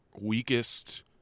weakest